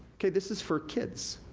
okay, this is for kids,